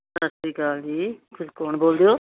ਸਤਿ ਸ਼੍ਰੀ ਅਕਾਲ ਜੀ ਤੁਸੀਂ ਕੌਣ ਬੋਲਦੇ ਹੋ